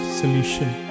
solution